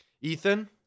Ethan